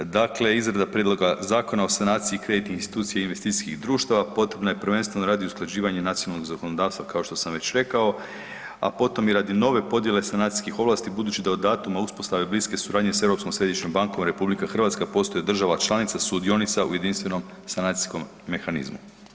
Dakle, izrada prijedloga Zakona o sanaciji kreditnih institucija i investicijskih društava potrebno je prvenstveno radi usklađivanja nacionalnog zakonodavstva kao što sam već rekao, a potom i radi nove podijele sanacijskih ovlasti, budući da od datuma uspostave bliske suradnje s Europskom središnjom bankom RH postaje država članica sudionica u Jedinstvenom sanacijskom mehanizmu.